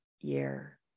year